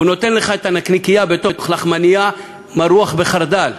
הוא נותן לך את הנקניקייה בתוך לחמנייה מרוחה בחרדל,